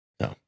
No